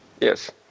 yes